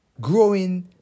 growing